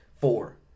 four